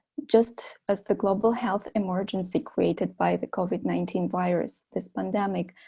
just as the global health emergency created by the covid nineteen virus, this pandemic,